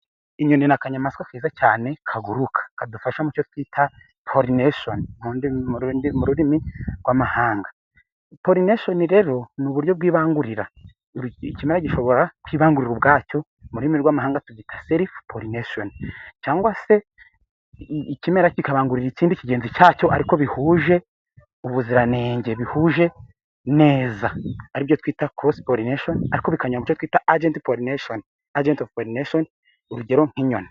Inyoni ni akanyamaswa keza cyane kaguruka, kadufasha mu cyo twita porinashoni mu rurimi rw'amahanga, porinashoni rero ni uburyo bwibangurira, ikimera gishobora kibangurira ubwacyo mu rurimi rw'amahanga serifu porinashoni, cyangwa se ikimera kikakangurira ikindi kigenzi cyacyo ariko bihuje ubuziranenge, bihuje neza aribyo twita korosi porinashoni, ariko bikanyura mucyo twita agenti porinashoni, agenti porinashoni urugero nk'inyoni.